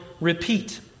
repeat